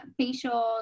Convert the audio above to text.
facials